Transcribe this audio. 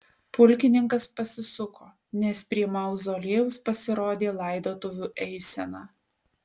pulkininkas pasisuko nes prie mauzoliejaus pasirodė laidotuvių eisena